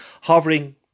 hovering